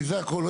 זה הכול.